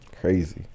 Crazy